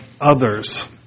others